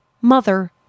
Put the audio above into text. mother